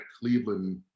Cleveland